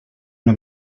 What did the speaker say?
una